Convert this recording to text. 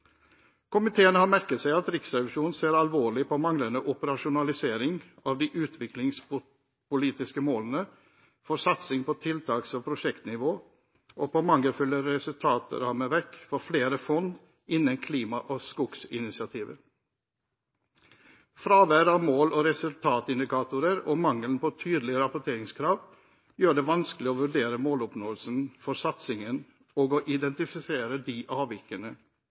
Komiteen har merket seg at Riksrevisjonen ser alvorlig på manglende operasjonalisering av de utviklingspolitiske målene for satsing på tiltaks- og prosjektnivå og på mangelfulle resultatrammeverk for flere fond innen klima- og skoginitiativet. Fravær av mål- og resultatindikatorer og mangel på tydelige rapporteringskrav gjør det vanskelig å vurdere måloppnåelsen for satsingen og identifisere de